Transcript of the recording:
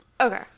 Okay